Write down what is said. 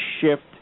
shift